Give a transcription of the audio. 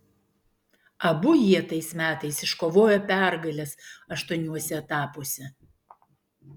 abu jie tais metais iškovojo pergales aštuoniuose etapuose